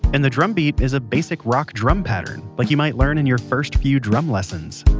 and the drum beat is a basic rock drum pattern like you might learn in your first few drum lessons